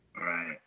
Right